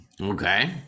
Okay